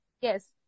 Yes